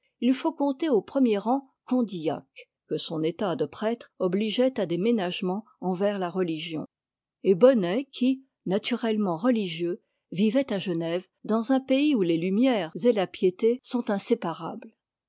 il faut compter au premier rang condillac que son état de prêtre obligeait à des ménagements envers la religion et bonnet qui naturellement religieux vivait à genève dans un pays où les lumières et la piété sont inséparables